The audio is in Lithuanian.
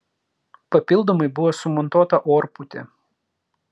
papildomai buvo sumontuota orpūtė